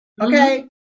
okay